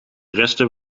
resten